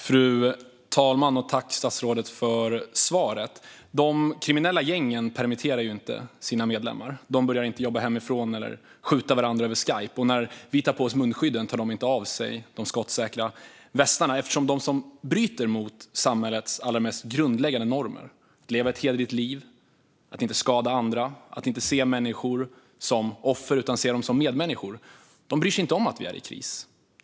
Fru talman! Jag tackar statsrådet för svaret. De kriminella gängen permitterar inte sina medlemmar. De börjar inte jobba hemifrån eller skjuter varandra över Skype. När vi tar på oss munskydden tar de inte av sig de skottsäkrarna västarna. De som bryter mot samhällets mest grundläggande normer - att leva ett hederligt liv, att inte skada andra och att inte se människor som offer utan medmänniskor - bryr sig inte om att vi är i kris.